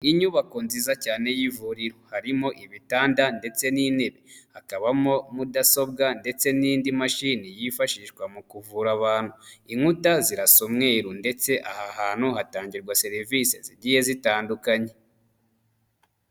Inyubako nziza cyane y'ivuriro harimo ibitanda ndetse n'intebe hakabamo mudasobwa ndetse n'indi mashini yifashishwa mu kuvura abantu inkuta zirasa umweru ndetse aha hantu hatangirwa serivise zigiye zitandukanye.